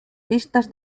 pistas